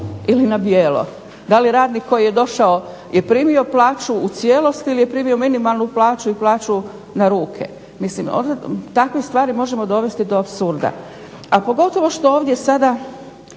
ili na bijelo, da li radnik koji je došao je primio plaću u cijelosti, ili je primio minimalnu plaću i plau na ruke. Mislim takve stvari možemo dovesti do apsurda. A pogotovo što ovdje sada